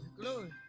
glory